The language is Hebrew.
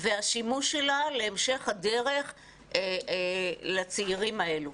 והשימוש שלה להמשך הדרך לצעירים האלה,